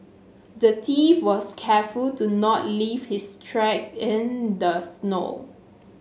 the thief was careful to not leave his track in the snow